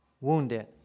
wounded